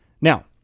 Now